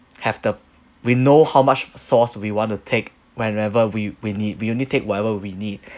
have the we know how much sauce we want to take whenever we we need we only take whatever we need